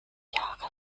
jahre